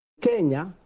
Kenya